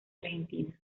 argentina